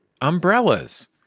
umbrellas